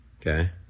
Okay